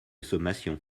sommation